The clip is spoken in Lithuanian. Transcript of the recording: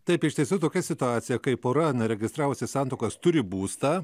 taip iš tiesų tokia situacija kai pora neregistravusi santuokos turi būstą